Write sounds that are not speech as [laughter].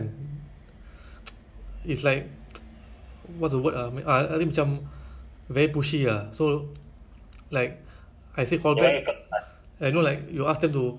then like [noise] the salary like they ask very low then it's like my expectation lowest is like five hundred more than five hundred dollars more than